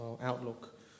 outlook